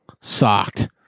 socked